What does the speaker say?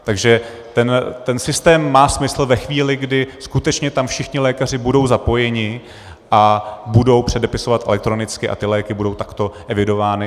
Takže ten systém má smysl ve chvíli, kdy tam skutečně všichni lékaři budou zapojeni a budou předepisovat elektronicky, léky budou takto evidovány.